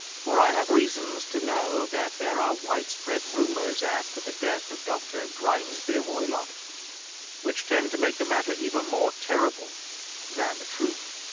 for i have reasons to know that there are widespread rumours as to the death of dr. grimesby roylott which tend to make the matter even more terrible than the truth.